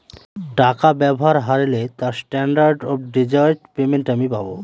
টাকা ব্যবহার হারলে তার স্ট্যান্ডার্ড অফ ডেজার্ট পেমেন্ট আমি পাব